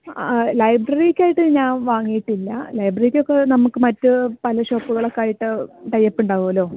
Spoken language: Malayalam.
ആ ലൈബ്രറിക്കായിട്ട് ഞാൻ വാങ്ങിയിട്ടില്ല ലൈബ്രറിക്കൊക്കെ നമുക്ക് മറ്റ് പല ഷോപ്പുകളൊക്കെ ആയിട്ട് ടൈ അപ്പ് ഉണ്ടാവുമല്ലോ